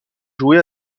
joué